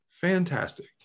fantastic